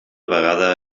vegada